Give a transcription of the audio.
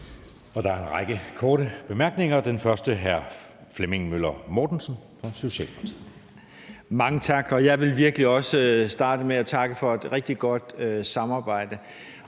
Der er en række korte bemærkninger. Den første er fra hr. Flemming Møller Mortensen fra Socialdemokratiet. Kl. 23:10 Flemming Møller Mortensen (S): Mange tak. Jeg vil virkelig også starte med at takke for et rigtig godt samarbejde,